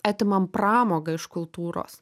atimam pramogą iš kultūros